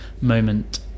moment